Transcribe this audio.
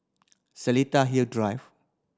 Seletar Hill Drive